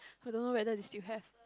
I don't know whether they still have